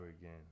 again